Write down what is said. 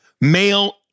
male